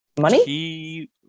Money